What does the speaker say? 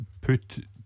put